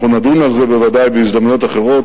אנחנו נדון על זה בוודאי בהזדמנויות אחרות.